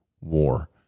war